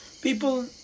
people